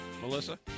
Melissa